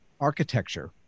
architecture